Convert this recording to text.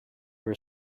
were